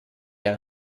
era